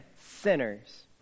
sinners